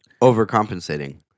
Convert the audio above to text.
Overcompensating